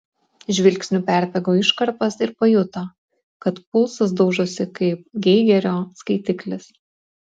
žvilgsniu perbėgo iškarpas ir pajuto kad pulsas daužosi kaip geigerio skaitiklis